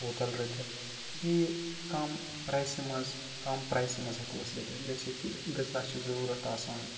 hotel رٔٹِتھ بیٚیہِ کَم پرٛایسہِ منٛز کَم پرٛایسہِ منٛز ہٮ۪کو أسۍ رٔٹِتھ جیسے کہ غذا چھِ ضٔروٗرَتھ آسان